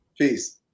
Peace